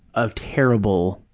a terrible,